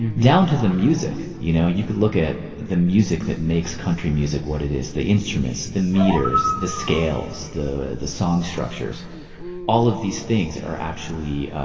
down to the music, you know you could look at the music that makes country music what it is. the instruments, the meters, the scales the scales, the song structures all of these things are actually